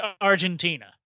Argentina